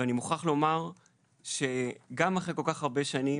אני מוכרח לומר שגם אחרי כל כך הרבה שנים,